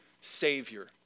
Savior